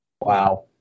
Wow